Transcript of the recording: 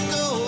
go